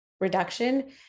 reduction